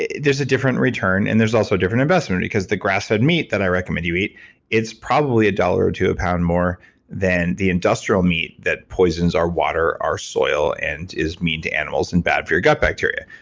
there's a different return and there also a different investment because the grass fed meat that i recommend you eat it's probably a dollar or two a pound more than the industrial meat that poisons our water, our soil and is mean to animals and bad for your gut bacteria.